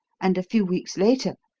and a few weeks later,